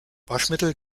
waschmittel